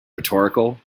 rhetorical